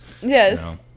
Yes